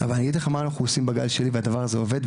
אבל אני אגיד לך מה אנחנו עושים בגל שלי והדבר הזה עובד,